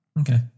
Okay